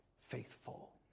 faithful